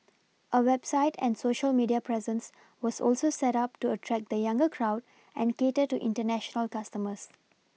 a website and Social media presence was also set up to attract the younger crowd and cater to international customers